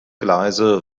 gleise